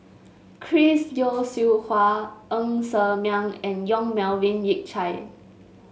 Chris Yeo Siew Hua Ng Ser Miang and Yong Melvin Yik Chye